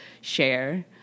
share